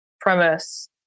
premise